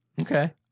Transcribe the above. Okay